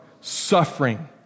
suffering